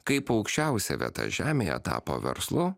kaip aukščiausia vieta žemėje tapo verslu